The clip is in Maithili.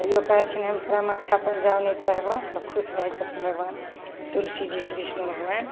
तैयो कहलखिन हम तोरा माथापर जल नहि चढ़बऽ तऽ खुश रहय छथिन भगवान तुलसी जीसँ विष्णु भगवान